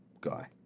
guy